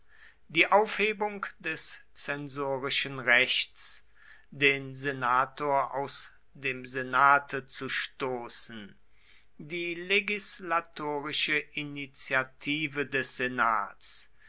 die aufhebung des zensorischen rechts den senator aus dem senate zu stoßen die legislatorische initiative des senats